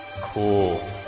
Cool